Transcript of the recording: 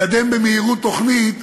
לקדם במהירות תוכנית,